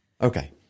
Okay